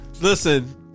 listen